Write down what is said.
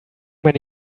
many